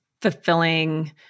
fulfilling